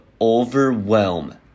overwhelm